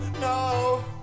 no